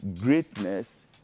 Greatness